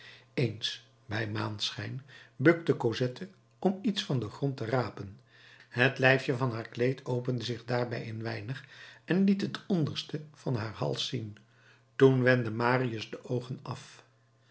eens bij maanschijn bukte cosette om iets van den grond op te rapen het lijfje van haar kleed opende zich daarbij een weinig en liet het onderste van haar hals zien toen wendde marius de oogen af